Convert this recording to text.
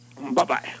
Bye-bye